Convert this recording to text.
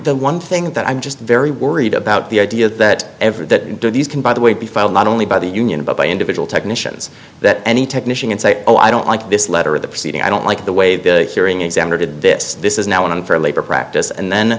the one thing that i'm just very worried about the idea that every that do these can by the way be found not only by the union but by individual technicians that any technician and say oh i don't like this letter of the proceeding i don't like the way the hearing examiner did this this is now an unfair labor practice and then